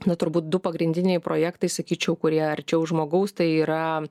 na turbūt du pagrindiniai projektai sakyčiau kurie arčiau žmogaus tai yra